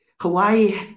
Hawaii